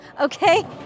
Okay